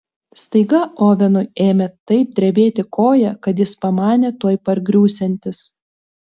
staiga ovenui ėmė taip drebėti koja kad jis pamanė tuoj pargriūsiantis